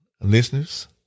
listeners